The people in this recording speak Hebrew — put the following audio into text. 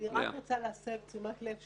אני רק רוצה להסב את תשומת הלב,